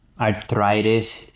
arthritis